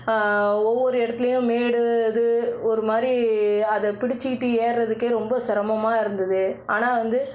ஒவ்வொரு இடத்துலையும் மேடு இது ஒரு மாதிரி அதை பிடிச்சுட்டு ஏர்றதுக்கே ரொம்ப சிரமமா இருந்தது ஆனால் வந்து